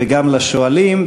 וגם לשואלים.